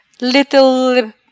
little